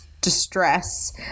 distress